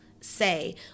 say